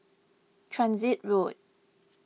Transit Road